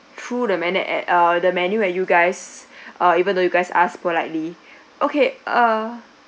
threw the menu the menu at you guys are even though you guys asked politely okay